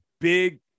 big